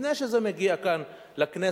לפני שזה מגיע לכאן לכנסת,